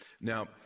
Now